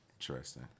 Interesting